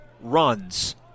runs